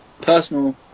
personal